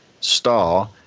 star